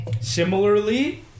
similarly